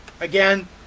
Again